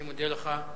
אני מודה לך.